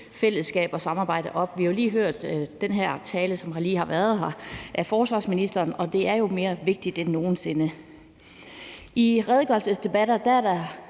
fællesskab og samarbejde op. Vi har lige hørt talen af forsvarsministeren, som lige har været her, og det er jo mere vigtigt end nogen sinde. I redegørelsesdebatter er der